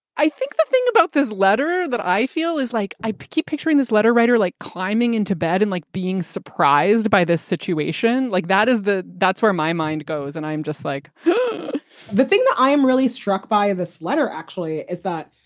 i think the thing about this letter that i feel is like i keep picturing this letter writer like climbing into bed and like being surprised by this situation, like that is the that's where my mind goes and i'm just like the thing that i am really struck by this letter, actually, is that,